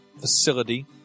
facility